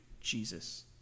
Jesus